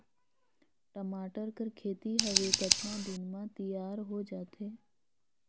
टमाटर कर खेती हवे कतका दिन म तियार हो जाथे?